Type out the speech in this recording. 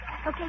Okay